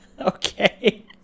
Okay